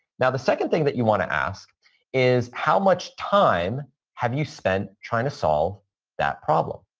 now, the second thing that you want to ask is how much time have you spent trying to solve that problem?